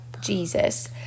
Jesus